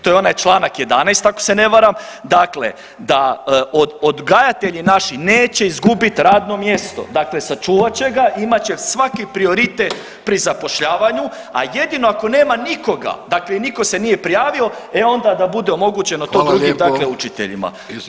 To je onaj čl. 11, ako se ne varam, dakle da odgajatelji naši neće izgubiti radno mjesto, dakle sačuvat će ga, imat će svaki prioritet pri zapošljavanju, a jedino ako nema nikoga, dakle niko se nije prijavio e onda da bude omogućeno to drugim dakle učiteljima.